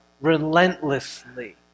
relentlessly